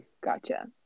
Gotcha